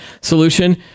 solution